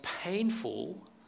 painful